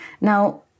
Now